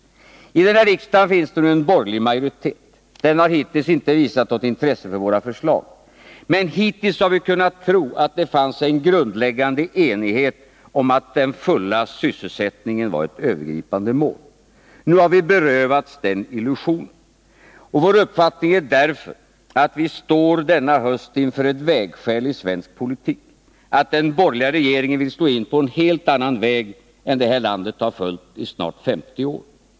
I denna riksdag finns nu en borgerlig majoritet. Den har hittills inte visat något intresse för våra förslag, men hittills har vi kunnat tro att det fanns en grundläggande enighet om att den fulla sysselsättningen var ett övergripande mål. Nu har vi berövats den illusionen. Vår uppfattning är därför att vi denna höst står inför ett vägskäl i svensk politik, där den borgerliga regeringen vill slå in på en helt annan väg än den som det här landet nu följt i snart 50 år.